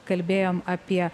kalbėjom apie